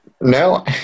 No